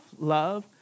love